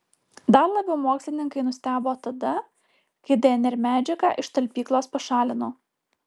dar labiau mokslininkai nustebo tada kai dnr medžiagą iš talpyklos pašalino